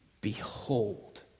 behold